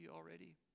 already